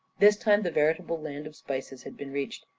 this time the veritable land of spices had been reached,